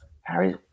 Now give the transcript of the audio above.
Harry